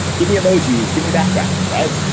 give me emojis. give me backgrounds, right?